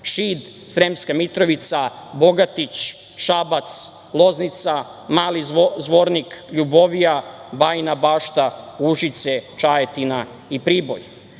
Šid, Sremska Mitrovica, Bogatić, Šabac, Loznica, Mali Zvornik, Ljubovija, Bajna Bašta, Užice, Čajetina i